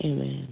Amen